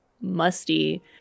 Musty